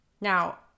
Now